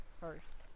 first